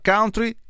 Country